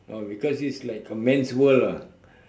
oh because this is like a man's world lah